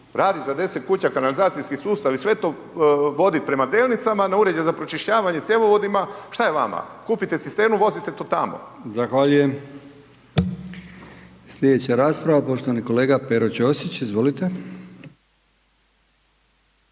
radi za 10 kuća kanalizacijski sustav i sve to vodi prema Delnicama, a ne uređaj o pročišćavanje cjevovodima, šta je vama, kupite cisternu, vozite to tamo. **Brkić, Milijan (HDZ)** Zahvaljujem. Slijedeća rasprava poštovani kolega Pero Ćosić, izvolite.